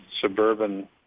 suburban